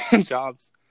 jobs